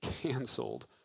canceled